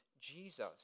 Jesus